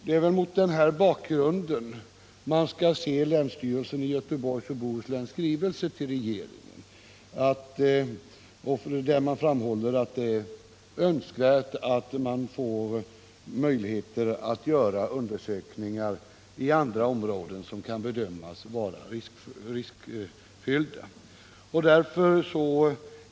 Det är väl mot den bakgrunden man skall se länsstyrelsens i Göteborgs och Bohus län skrivelse till regeringen, där man framhåller att det är önskvärt att man får möjligheter att göra undersökningar i andra områden som kan bedömas vara riskfyllda.